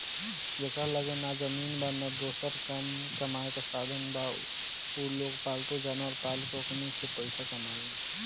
जेकरा लगे ना जमीन बा, ना दोसर कामायेके साधन उलोग पालतू जानवर पाल के ओकनी से पईसा कमाले